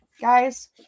guys